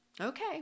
okay